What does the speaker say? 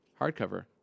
Hardcover